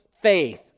faith